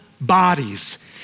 bodies